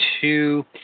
two